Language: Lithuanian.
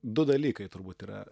du dalykai turbūt yra